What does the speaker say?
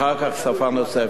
אחר כך שפה נוספת,